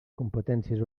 competències